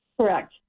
Correct